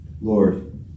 Lord